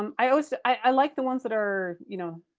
um i always, i like the ones that are, you know,